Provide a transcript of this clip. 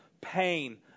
pain